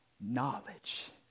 knowledge